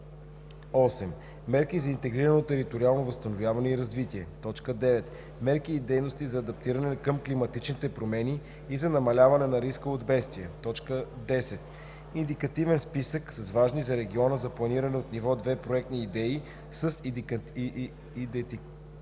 8. мерки за интегрирано териториално възстановяване и развитие; 9. мерки и дейности за адаптиране към климатичните промени и за намаляване на риска от бедствия; 10. индикативен списък на важни за региона за планиране от ниво 2 проектни идеи с индикативни